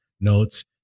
notes